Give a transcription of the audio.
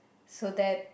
so that